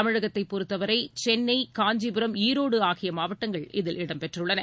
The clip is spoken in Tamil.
தமிழகத்தைப் பொறுத்தவரை சென்னை காஞ்சிபுரம் ஈரோடு ஆகிய மாவட்டங்கள் இதில் இடம் பெற்றுள்ளன